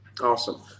awesome